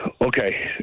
Okay